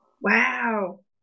Wow